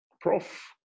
Prof